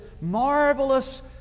marvelous